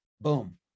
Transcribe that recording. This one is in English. Boom